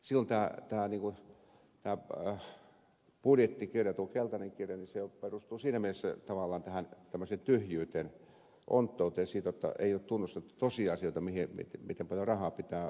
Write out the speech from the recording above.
silloin tämä budjettikirja tuo keltainen kirja perustuu siinä mielessä tavallaan tämmöiseen tyhjyyteen onttouteen siinä jotta ei ole tunnustettu tosiasioita miten paljon rahaa pitää olla käytössä